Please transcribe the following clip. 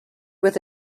with